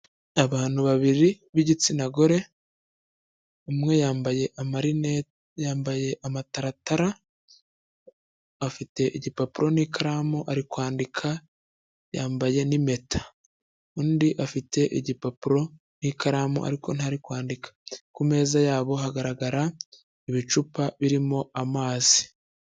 Abantu babiri b'igitsina gore, umwe yambaye amarinete, yambaye amataratara, afite igipapuro n'ikaramu ari kwandika, yambaye n'impeta. Undi afite igipapuro n'ikaramu ariko ntari kwandika. Ku meza yabo hagaragara ibicupa birimo amazi.